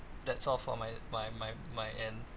that's all for my my my my end